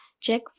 check